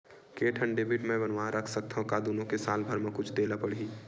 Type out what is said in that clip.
के ठन डेबिट मैं बनवा रख सकथव? का दुनो के साल भर मा कुछ दे ला पड़ही?